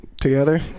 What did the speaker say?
together